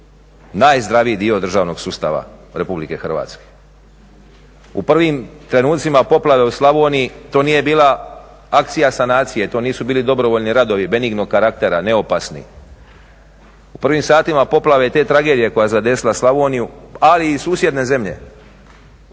najzdraviji dio državnog sustava Republike Hrvatske. U prvim trenucima poplave u Slavoniji to nije bila akcija sanacije, to nisu bili dobrovoljni radovi benignog karaktera neopasni. U prvim satima poplave te tragedije koja je zadesila Slavoniju, ali i susjedne zemlje